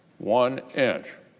one inch,